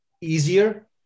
easier